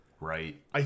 Right